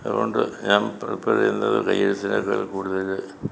അതുകൊണ്ട് ഞാൻ പ്രിപറ് ചെയുന്നത് കൈയ്യെഴുത്തിനേക്കാൾ കൂടുതൽ